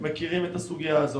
הם מכירים את הסוגיה הזאת.